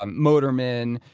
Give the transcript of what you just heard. um motormen.